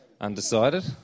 undecided